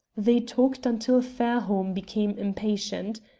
they talked until fairholme became impatient.